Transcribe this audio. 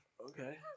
Okay